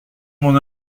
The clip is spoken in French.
mon